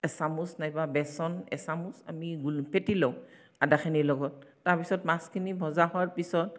এচামুচ নাইবা বেচন এচামুচ আমি গুল ফেটি লওঁ আদাখিনিৰ লগত তাৰপিছত মাছখিনি ভজা হোৱাৰ পিছত